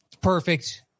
perfect